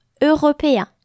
européen